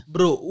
Bro